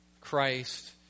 Christ